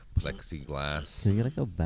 plexiglass